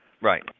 Right